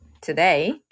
today